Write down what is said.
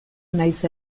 nahiz